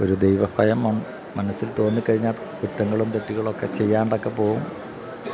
ഒരു ദൈവഭയം മനസ്സിൽ തോന്നിക്കഴിഞ്ഞാൽ കുറ്റങ്ങളും തെറ്റുകളുമൊക്കെ ചെയ്യാതെയൊക്കെ പോകും